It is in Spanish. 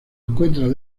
encuentran